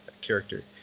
character